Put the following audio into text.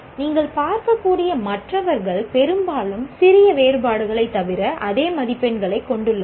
நீங்கள் பார்க்கக்கூடிய மற்றவர்கள் பெரும்பாலும் சிறிய வேறுபாடுகளைத் தவிர அதே மதிப்பெண்களைக் கொண்டுள்ளனர்